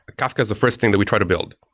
kafka is the first thing that we try to build.